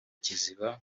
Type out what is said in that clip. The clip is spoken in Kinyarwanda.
kiziba